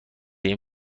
این